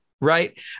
right